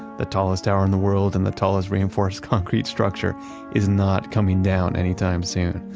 the tallest tower in the world and the tallest reinforced concrete structure is not coming down any time soon.